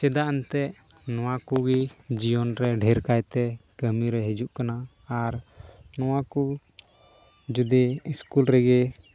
ᱪᱮᱫᱟᱜ ᱮᱱᱛᱮᱜ ᱱᱚᱣᱟ ᱠᱚᱜᱮ ᱡᱤᱭᱚᱱ ᱨᱮ ᱰᱷᱮᱨ ᱠᱟᱭᱛᱮ ᱠᱟᱹᱢᱤᱨᱮ ᱦᱤᱡᱩᱜ ᱠᱟᱱᱟ ᱟᱨ ᱱᱚᱣᱟ ᱠᱚ ᱡᱩᱫᱤ ᱥᱠᱩᱞ ᱨᱮᱜᱮ